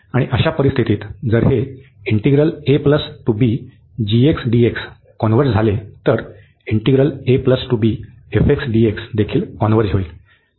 आणि अशा परिस्थितीत जर हे कॉन्व्हर्ज झाले तर देखील कॉन्व्हर्ज होईल